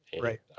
Right